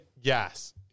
Yes